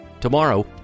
Tomorrow